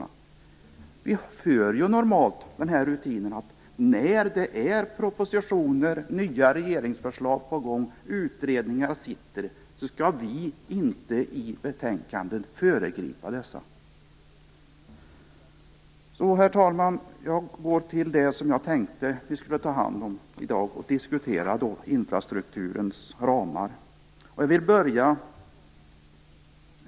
Vi tillämpar ju normalt rutinen att när det är nya regeringsförslag på gång och utredningar sitter, så skall vi inte i betänkandet föregripa dessa. Herr talman! Jag övergår till det som jag tänkte att vi skulle diskutera i dag, nämligen infrastrukturens ramar.